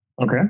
Okay